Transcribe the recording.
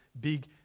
big